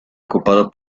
ocupado